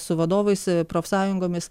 su vadovais profsąjungomis